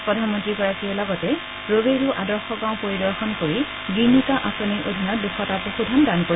প্ৰধানমন্ত্ৰীগৰাকীয়ে লগতে ৰোৱেৰু আদৰ্শ গাঁও পৰিদৰ্শন কৰি গিৰ্নিকা আঁচনিৰ অধীনত দুশ টা পশুধন দান কৰিব